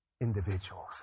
individuals